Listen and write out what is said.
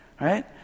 Right